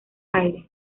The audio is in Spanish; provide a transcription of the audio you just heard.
aires